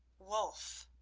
wulf,